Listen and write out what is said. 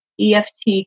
EFT